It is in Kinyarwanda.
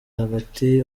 hagati